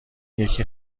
یکی